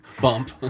Bump